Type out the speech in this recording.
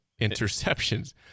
interceptions